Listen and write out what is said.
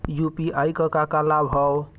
UPI क का का लाभ हव?